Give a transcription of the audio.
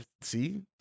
see